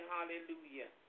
Hallelujah